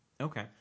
Okay